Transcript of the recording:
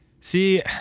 See